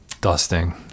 Dusting